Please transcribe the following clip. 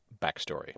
backstory